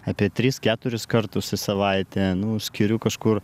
apie tris keturis kartus į savaitę nu skiriu kažkur